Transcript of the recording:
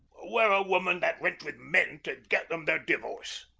were a woman that went with men, to get them their divorce.